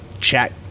chat